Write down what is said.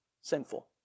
sinful